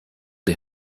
the